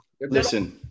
Listen